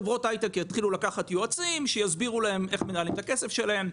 חברות הייטק יתחילו לקחת יועצים שיסבירו להן איך מנהלים את הכסף שלהן,